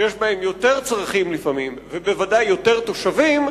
שיש בהם לפעמים יותר צרכים ויותר תושבים,